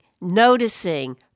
noticing